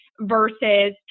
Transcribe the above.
versus